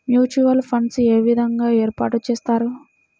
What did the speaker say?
Mutual funds ఏ విధంగా ఏర్పాటు చేస్తారు?